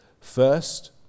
First